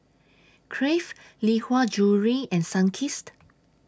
Crave Lee Hwa Jewellery and Sunkist